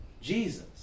Jesus